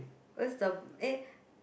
what's the eh